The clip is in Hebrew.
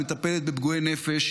שמטפלת בפגועי נפש,